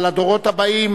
אבל הדורות הבאים,